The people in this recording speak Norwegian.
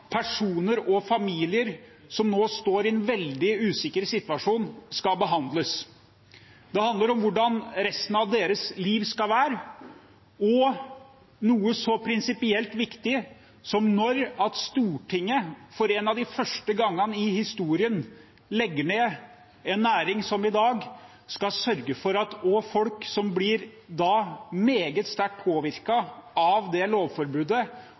personer og familier som nå står i en veldig usikker situasjon, skal behandles. Det handler om hvordan resten av deres liv skal være, og noe så prinsipielt viktig som at når Stortinget for en av de første gangene i historien legger ned en næring, som i dag, skal de sørge for at folk som blir meget sterkt påvirket av det lovforbudet,